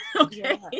Okay